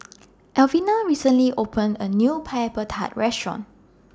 Alvena recently opened A New Pineapple Tart Restaurant